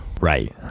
Right